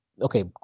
okay